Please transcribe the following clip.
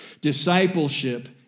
Discipleship